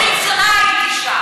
אני 20 שנה הייתי שם.